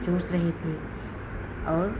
चूस रही थी और